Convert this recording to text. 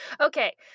Okay